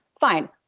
Fine